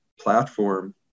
platform